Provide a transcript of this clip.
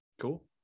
Cool